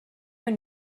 were